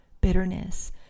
bitterness